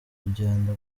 kugenda